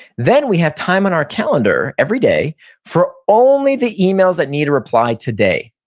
then we have time on our calendar every day for only the emails that need a reply today.